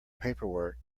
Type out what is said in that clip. paperwork